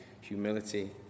humility